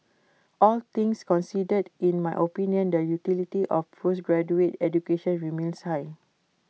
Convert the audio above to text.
all things considered in my opinion the utility of postgraduate education remains high